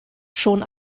schon